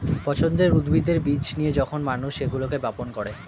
পছন্দের উদ্ভিদের বীজ নিয়ে যখন মানুষ সেগুলোকে বপন করে